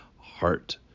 heart